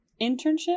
internship